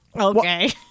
okay